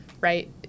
right